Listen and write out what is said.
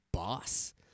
Boss